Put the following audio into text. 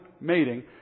mating